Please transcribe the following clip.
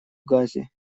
газе